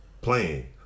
playing